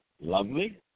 lovely